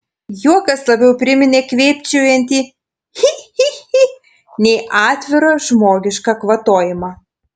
juokas labiau priminė kvėpčiojantį chi chi chi nei atvirą žmogišką kvatojimą